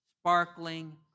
sparkling